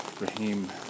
Raheem